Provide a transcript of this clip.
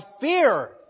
fear